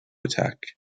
attack